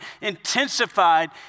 intensified